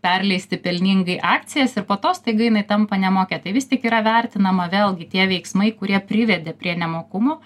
perleisti pelningai akcijas ir po to staiga jinai tampa nemokia tai vis tik yra vertinama vėlgi tie veiksmai kurie privedė prie nemokumo